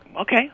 Okay